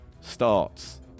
starts